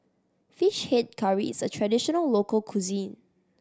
Fish Head Curry is a traditional local cuisine